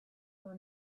for